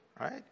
right